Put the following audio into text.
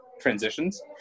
transitions